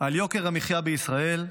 על יוקר המחיה בישראל,